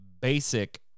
basic